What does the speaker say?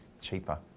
cheaper